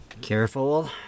Careful